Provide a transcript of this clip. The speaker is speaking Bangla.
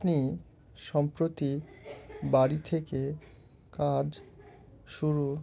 আপনি সম্প্রতি বাড়ি থেকে কাজ শুরু